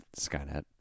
Skynet